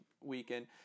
weekend